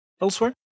Elsewhere